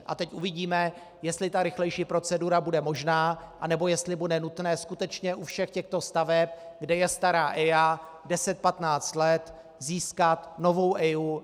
A teď uvidíme, jestli ta rychlejší procedura bude možná, anebo jestli bude nutné skutečně u všech těchto staveb, kde je stará EIA, deset patnáct let, získat novou EIA.